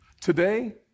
Today